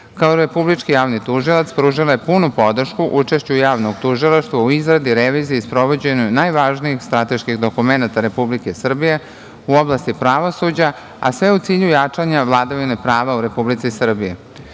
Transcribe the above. Kao Republički javni tužilac pružila je punu podršku učešću Javnog tužilaštva u izradi, reviziji i sprovođenju najvažnijih strateških dokumenata Republike Srbije u oblasti pravosuđa, a sve u cilju jačanja vladavine prava u Republici Srbiji.U